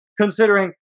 considering